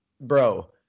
bro